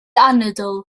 anadl